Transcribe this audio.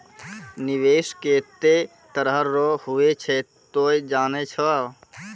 निवेश केतै तरह रो हुवै छै तोय जानै छौ